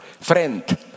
friend